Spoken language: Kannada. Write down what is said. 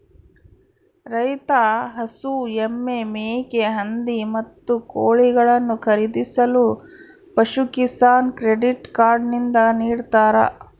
ರೈತ ಹಸು, ಎಮ್ಮೆ, ಮೇಕೆ, ಹಂದಿ, ಮತ್ತು ಕೋಳಿಗಳನ್ನು ಖರೀದಿಸಲು ಪಶುಕಿಸಾನ್ ಕ್ರೆಡಿಟ್ ಕಾರ್ಡ್ ನಿಂದ ನಿಡ್ತಾರ